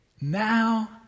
now